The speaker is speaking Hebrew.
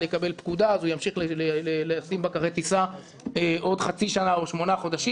יקבל פקודה הוא ימשיך לשים בקרי טיסה עוד חצי שנה או שמונה חודשים,